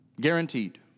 Guaranteed